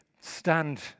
stand